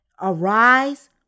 Arise